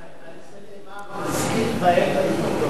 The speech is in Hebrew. על זה נאמר: המשכיל בעת ההיא יידום.